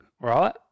right